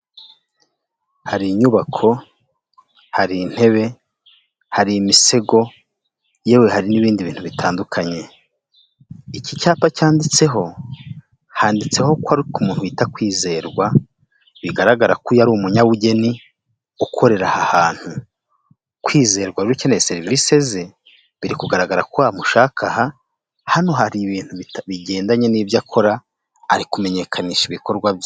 hari inyubako, hari intebe, hari imisego yewe hari n'ibindi bintu bitandukanye, iki cyapa cyanditseho, handitseho ko ari ku muntu witwa Kwizerwa, bigaragara ko uyu umunyabugeni ukorera aha hantu kwizerwa ukeneye serivisi ze biri kugaragara ko wamushaka aha, hano hari ibintu bigendanye n'ibyo akora ari kumenyekanisha ibikorwa bye